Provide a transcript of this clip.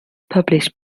published